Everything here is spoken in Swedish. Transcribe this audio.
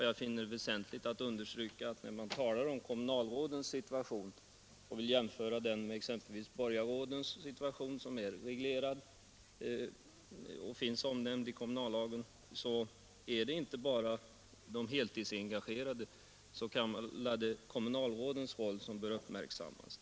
Jag finner det väsentligt att understryka, när man talar om kommunalrådens situation och vill jämföra den med borgarrådens situation, att det inte bara är de heltidsengagerade s.k. kommunalrådens roll som bör uppmärksammas.